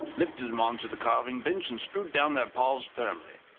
lifted them on to the carving bench, and screwed down their paws firmly.